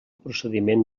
procediment